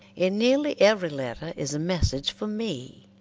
in nearly every letter is a message for me.